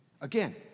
Again